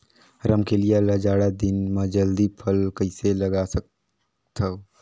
रमकलिया ल जाड़ा दिन म जल्दी फल कइसे लगा सकथव?